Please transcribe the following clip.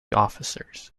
officers